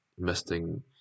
investing